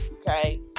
Okay